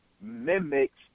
mimics